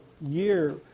year